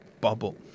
bubble